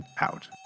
out